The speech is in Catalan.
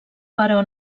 però